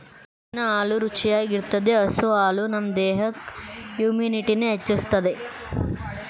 ಹಸುವಿನ ಹಾಲು ರುಚಿಯಾಗಿರ್ತದೆ ಹಸು ಹಾಲು ನಮ್ ದೇಹದಲ್ಲಿ ಇಮ್ಯುನಿಟಿನ ಹೆಚ್ಚಿಸ್ತದೆ